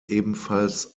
ebenfalls